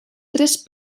tres